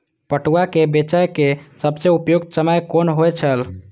पटुआ केय बेचय केय सबसं उपयुक्त समय कोन होय छल?